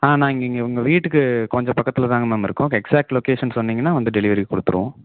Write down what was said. ஆ நான் இங்கே உங்கள் வீட்டுக்கு கொஞ்சம் பக்கத்தில் தாங்க மேம் இருக்கோம் எக்ஸ்சாக்ட் லொக்கேஷன் சொன்னிங்கனால் வந்து டெலிவரி கொடுத்துருவோம்